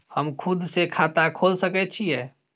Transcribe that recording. हम खुद से खाता खोल सके छीयै?